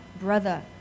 brother